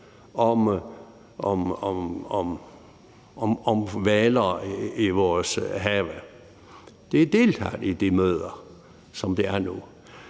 om hvaler i vores have. De deltager i de møder, som det er nu.